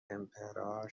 تِمپِرا